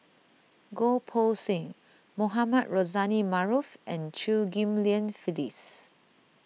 Goh Poh Seng Mohamed Rozani Maarof and Chew Ghim Lian Phyllis